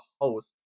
host